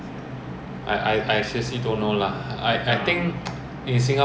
but end of the day the person who is really doing it is just the malaysian without licensing